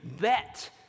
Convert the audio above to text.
bet